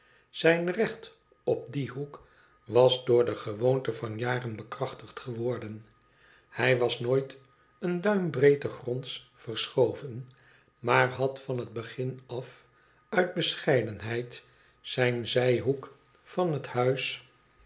zijn recht op dien hoek was door de gewoonte van jaren bekrachtigd geworden hij was nooit een duim breedte gronds verschoven maar had van het begin af uit bescheidenheid den zijhoek van het huis